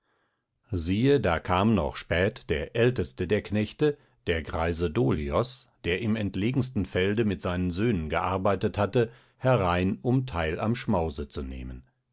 siehe da kam noch spät der älteste der knechte der greise dolios der im entlegensten felde mit seinen söhnen gearbeitet hatte herein um teil am schmause zu nehmen